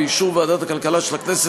באישור ועדת הכלכלה של הכנסת,